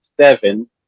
seven